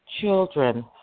children